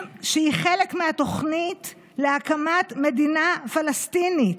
שהיא חלק מהתוכנית להקמת מדינה פלסטינית.